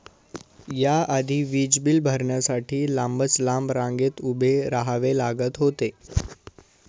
या आधी वीज बिल भरण्यासाठी लांबच लांब रांगेत उभे राहावे लागत होते